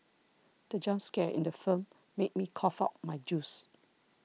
the jump scare in the film made me cough out my juice